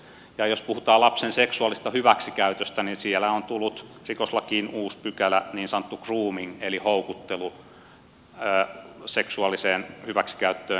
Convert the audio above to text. ja jos puhutaan lapsen seksuaalisesta hyväksikäytöstä niin siellä on tullut rikoslakiin uusi pykälä niin sanottu grooming eli houkuttelu seksuaaliseen hyväksikäyttöön